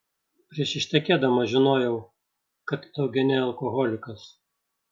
prieš ištekėdama žinojau kad eugene alkoholikas